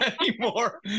anymore